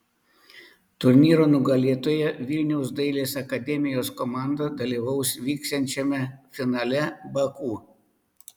turnyro nugalėtoja vilniaus dailės akademijos komanda dalyvaus vyksiančiame finale baku